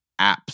apps